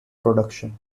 production